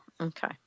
Okay